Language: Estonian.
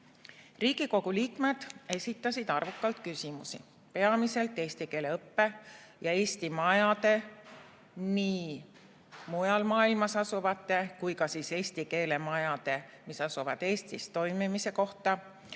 Riigikogu liikmed esitasid arvukalt küsimusi peamiselt eesti keele õppe ja Eesti majade, nii mujal maailmas asuvate kui ka eesti keele majade, mis asuvad Eestis, toimimise kohta,